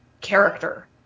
character